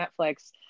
Netflix